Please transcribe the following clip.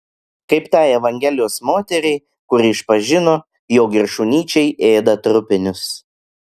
kaip tai evangelijos moteriai kuri išpažino jog ir šunyčiai ėda trupinius